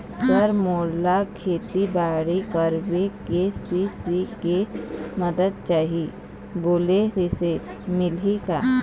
Sir मोला खेतीबाड़ी करेबर के.सी.सी के मंदत चाही बोले रीहिस मिलही का?